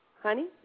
Honey